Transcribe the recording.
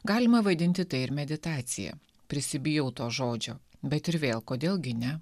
galima vaidinti tai ir meditacija prisibijau to žodžio bet ir vėl kodėl gi ne